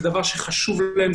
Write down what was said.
זה דבר שחשוב להם,